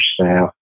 staff